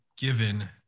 given